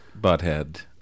butthead